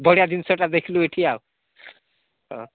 ବଢ଼ିଆ ଜିନିଷଟା ଦେଖିଲୁ ଏଠି ଆଉ ହଁ